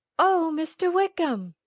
oh, mr. wickham!